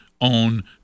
own